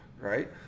right